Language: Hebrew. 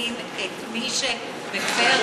תובעים את מי שמפר את החוק?